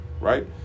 right